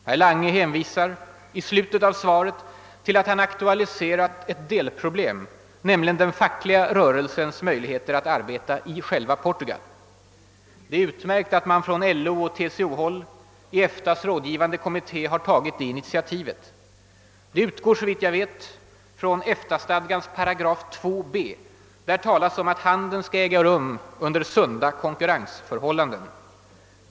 Herr Lange hänvisar i slutet av svaret till att han aktualiserat ett delproblem, nämligen den fackliga rörelsens möjligheter att arbeta i själva Portugal. Det är utmärkt att man från LO och TCO-håll i EFTA:s rådgivande kommitté har tagit det initiativet. Det utgår, såvitt jag vet, från EFTA-stadgans § 2, moment b. Där talas om att handeln skall äga rum under »sunda konkurrensförhållanden».